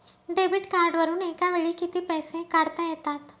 Debit कार्डवरुन एका वेळी किती पैसे काढता येतात?